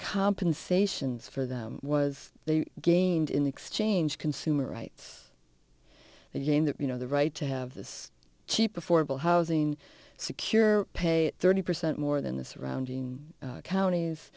compensations for them was they gained in the exchange consumer rights and game that you know the right to have this cheap affordable housing secure pay thirty percent more than the surrounding counties